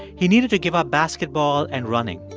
he needed to give up basketball and running.